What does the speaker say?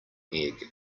egg